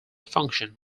function